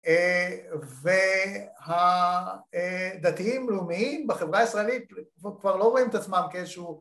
והדתיים-לאומיים בחברה הישראלית כבר לא רואים את עצמם כאיזשהו